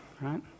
right